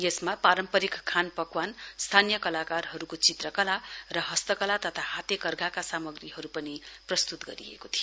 यसमा पारम्परिक पान पकवानस्थानीय कलाकारहरुको चित्रकला र हस्तकला र हास्तशिल्पका सामग्रीहरु पनि प्रदर्शित गरिएको थियो